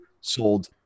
sold